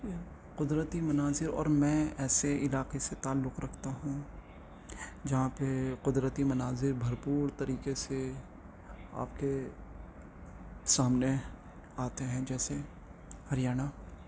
قدرتی مناظر اور میں ایسے علاقے سے تعلق رکھتا ہوں جہاں پہ قدرتی مناظر بھرپور طریقے سے آپ کے سامنے آتے ہیں جیسے ہریانہ